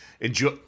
enjoy